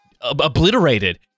obliterated